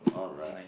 alright